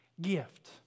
Gift